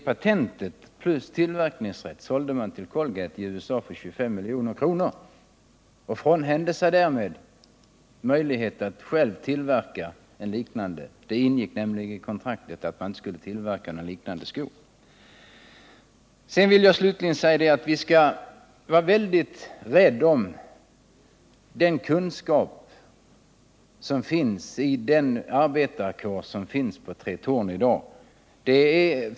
Patentet och tillverkningsrätten såldes till Colgate i USA för 25 milj.kr., och man frånhände sig därmed möjlighet att själv tillverka en liknande sko —-det ingick nämligen i kontraktet att man inte skulle göra detta. Jag vill slutligen säga att vi skall vara mycket rädda om kunskaperna hos den arbetarkår som finns på Tretorn i dag.